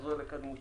יחזור לקדמותו.